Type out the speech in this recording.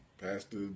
Pastor